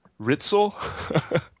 Ritzel